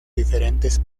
diferentes